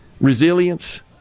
resilience